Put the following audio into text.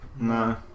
No